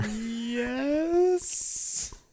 yes